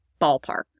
ballpark